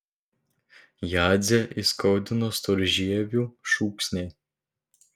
jadzę įskaudino storžievių šūksniai